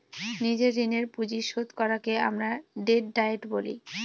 নিজের ঋণের পুঁজি শোধ করাকে আমরা ডেট ডায়েট বলি